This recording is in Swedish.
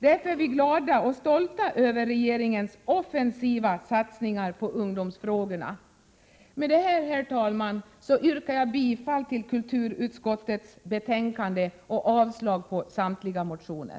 Därför är vi glada och stolta över regeringens offensiva satsningar på ungdomen. Med detta, herr talman, yrkar jag bifall till utskottets hemställan och avslag på samtliga reservationer.